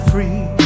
Free